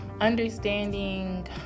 understanding